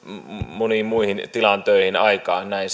moniin muihin tilan töihin aikaa näin